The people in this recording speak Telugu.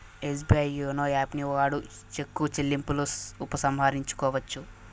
ఎస్బీఐ యోనో యాపుని వాడి చెక్కు చెల్లింపును ఉపసంహరించుకోవచ్చు